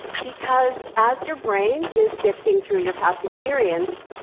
because as your brain is sifting through your past experience,